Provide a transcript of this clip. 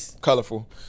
colorful